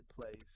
place